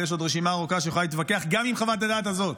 ויש עוד רשימה ארוכה שיכולה להתווכח גם עם חוות הדעת הזאת,